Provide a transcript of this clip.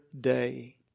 day